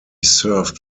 served